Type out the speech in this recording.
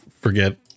forget